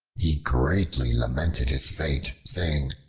he greatly lamented his fate, saying,